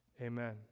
amen